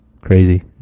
crazy